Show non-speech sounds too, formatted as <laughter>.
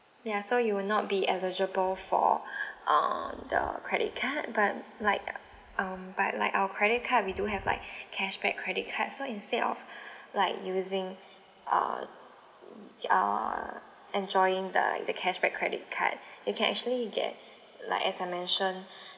ya so you will not be eligible for <breath> uh the credit card but like um but like our credit card we do have like <breath> cashback credit card so instead of <breath> like using uh uh enjoying the the cashback credit card you can actually get like as I mentioned <breath>